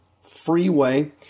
Freeway